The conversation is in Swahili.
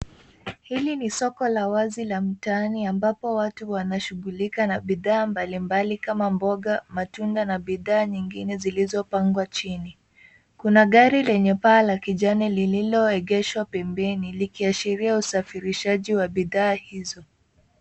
Hili ni soko la wazi la mtaani ambapo watu wanashughulika na bidhaa mbalimbali kama mboga, matunda na bidhaa nyingine zilizopangwa chini. Kuna gari lenye paa la kijani lililoegeshwa pembeni likiashiria usafirishaji wa bidhaa hizo.